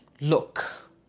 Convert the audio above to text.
look